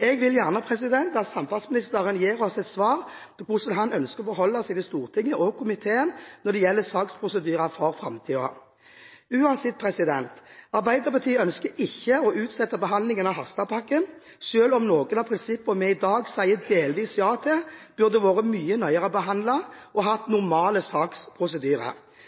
Jeg vil gjerne at samferdselsministeren gir oss et svar på hvordan han ønsker å forholde seg til Stortinget og komiteen når det gjelder saksprosedyrer for framtiden. Uansett: Arbeiderpartiet ønsker ikke å utsette behandlingen av Harstad-pakken, selv om noen av prinsippene vi i dag sier delvis ja til, burde vært mye nøyere behandlet og hatt